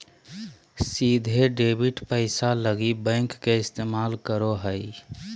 सीधे डेबिट पैसा लगी बैंक के इस्तमाल करो हइ